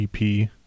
EP